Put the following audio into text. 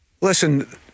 Listen